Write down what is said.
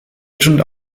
agent